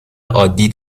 عادی